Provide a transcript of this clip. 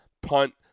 punt